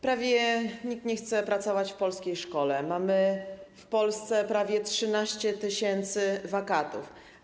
Prawie nikt nie chce pracować w polskiej szkole, mamy w Polsce prawie 13 tys. wakatów.